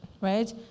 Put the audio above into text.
right